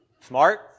Smart